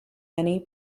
many